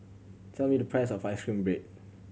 tell me the price of ice cream bread